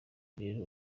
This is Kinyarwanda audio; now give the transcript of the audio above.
rero